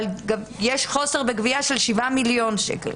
אבל יש חוסר בגבייה של שבעה מיליון שקל,